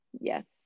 Yes